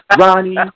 Ronnie